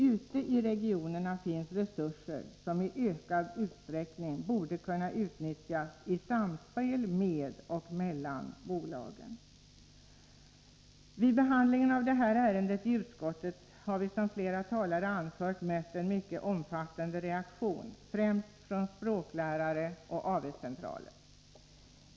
Ute i regionerna finns resurser som i ökad utsträckning borde kunna utnyttjas i samspel med och mellan bolagen. Vid behandlingen av detta ärende i utskottet har vi, som flera talare anfört, mött en mycket omfattande reaktion, främst från språklärare och AV centraler.